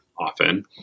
often